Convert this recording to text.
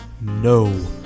no